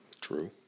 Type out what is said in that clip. True